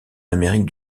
amérique